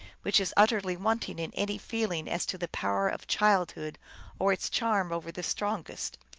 which is utterly wanting in feeling as to the power of childhood or its charm over the strongest.